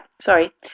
sorry